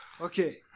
okay